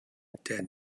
attend